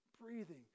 breathing